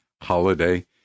holiday